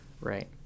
Right